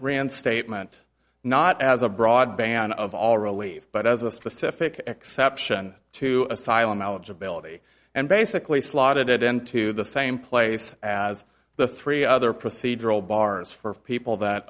rand's statement not as a broad band of all relieved but as a specific exception to asylum eligibility and basically slotted it into the same place as the three other procedural bars for people that